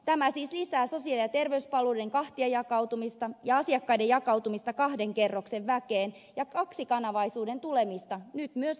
tämä siis lisää sosiaali ja terveyspalveluiden kahtiajakautumista ja asiakkaiden jakautumista kahden kerroksen väkeen ja kaksikanavaisuuden tulemista nyt myös kuntapalveluihin